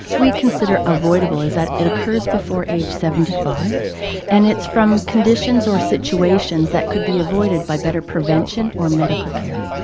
we consider avoidable as that it occurs before age seventy five and it's from conditions or situations that could be avoided by better prevention or medical care.